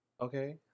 Okay